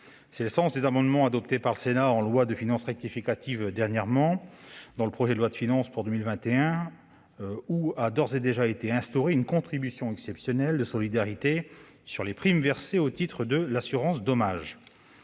C'est le sens des amendements adoptés par le Sénat dernièrement, en loi de finances rectificative et dans le projet de loi de finances pour 2021, au sein duquel a d'ores et déjà été instaurée une contribution exceptionnelle de solidarité sur les primes versées au titre de l'assurance dommages.